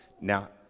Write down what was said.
Now